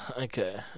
Okay